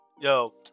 Yo